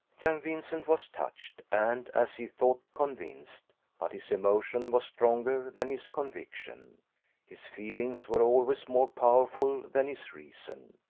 young vincent was touched, and, as he thought, convinced but his emotion was stronger than his conviction his feelings were always more powerful than his reason.